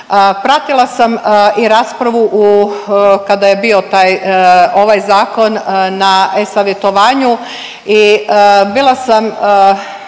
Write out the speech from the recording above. Pratila sam i raspravu u kada je bio taj ovaj zakon na e-savjetovanju i bila sam